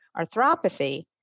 arthropathy